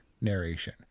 narration